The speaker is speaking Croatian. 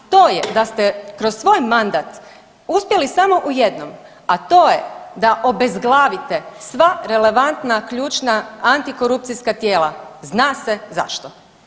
To je da ste kroz svoj mandat uspjeli samo u jednom, a to je da obezglavite sva relevantna ključna antikorupcijska tijela, zna se zašto.